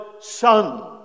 son